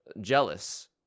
jealous